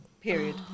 period